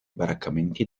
baraccamenti